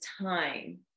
time